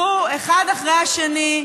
קחו אחד את השני,